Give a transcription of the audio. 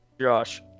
Josh